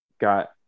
got